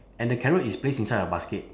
and the carrot is placed inside a basket